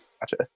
Gotcha